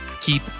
keep